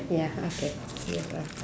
ya okay